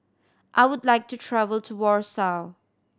I would like to travel to Warsaw